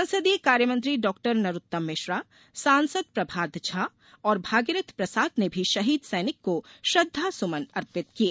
संसदीय कार्यमंत्री डॉक्टर नरोत्तम मिश्रा सांसद प्रभात झा और भागीरथ प्रसाद ने भी शहीद सैनिक को श्रद्दासुमन अर्पित किये